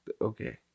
Okay